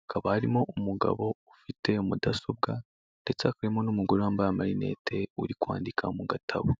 hakaba harimo umugabo ufite mudasobwa ndetse hakaba harimo n'umugore wambaye amarinete uri kwandika mu gatabo.